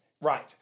Right